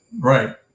Right